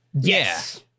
yes